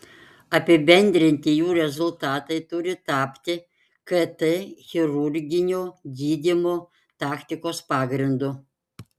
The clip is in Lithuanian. apibendrinti jų rezultatai turi tapti kt chirurginio gydymo taktikos pagrindu